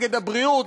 נגד הבריאות,